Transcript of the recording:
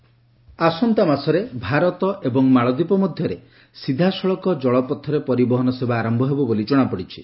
ଭାରତ ମାଳଦ୍ୱୀପ ଆସନ୍ତା ମାସରେ ଭାରତ ଏବଂ ମାଳଦ୍ୱୀପ ମଧ୍ୟରେ ସିଧାସଳଖ ଜଳପଥରେ ପରିବହନ ସେବା ଆରମ୍ଭ ହେବ ବୋଲି ଜଣାପଡ଼ିଛି